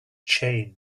change